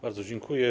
Bardzo dziękuję.